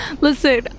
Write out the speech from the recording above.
Listen